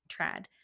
Trad